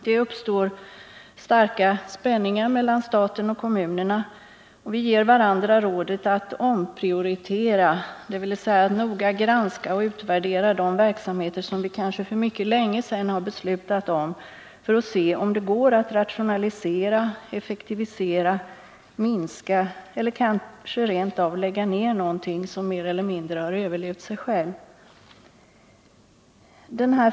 Det uppstår starka spänningar mellan staten och kommunerna. Vi ger varandra rådet att omprioritera, dvs. att noga granska och utvärdera de verksamheter som vi kanske för mycket länge sedan har 19 beslutat om, för att se om det går att rationalisera, effektivisera, minska eller kanske rent av lägga ner någonting som mer eller mindre har överlevt sig självt.